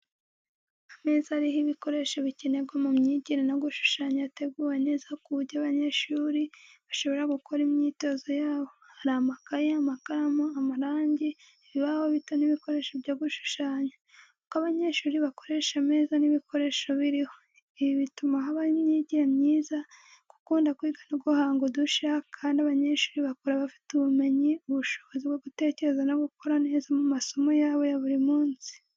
Ameza ariho ibikoresho bikenerwa mu myigire no gushushanya yateguwe neza ku buryo abanyeshuri bashobora gukora imyitozo yabo. Hari amakaye, amakaramu, amarangi, ibibaho bito n’ibikoresho byo gushushanya. Uko abanyeshuri bakoresha ameza n’ibikoresho biriho. Ibi bituma habaho imyigire myiza, gukunda kwiga no guhanga udushya, kandi abanyeshuri bakura bafite ubumenyi, ubushobozi bwo gutekereza no gukora neza mu masomo yabo ya buri munsi.